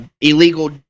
illegal